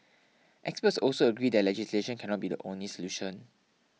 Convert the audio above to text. experts also agree that legislation cannot be the only solution